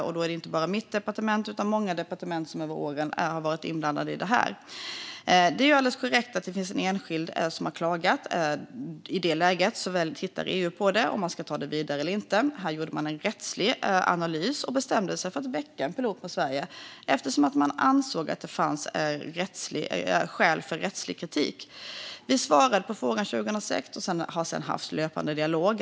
Det är då inte bara mitt departement utan många departement som under åren har varit inblandade i detta. Det är alldeles korrekt att det finns en enskild som har klagat. I det läget tittar EU på om man ska ta det vidare eller inte. Här gjorde man en rättslig analys och bestämde sig för att väcka ett pilotärende mot Sverige eftersom man ansåg att det fanns skäl för rättslig kritik. Vi svarade på frågan 2016 och har sedan haft en löpande dialog.